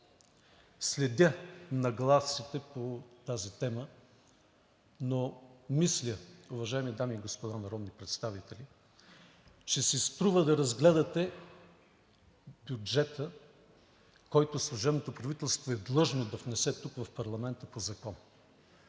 Следя нагласите по тази тема, но мисля, уважаеми дами и господа народни представители, че си струва да разгледате бюджета, който служебното правителство е длъжно по закон да внесе в парламента – той